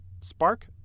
Spark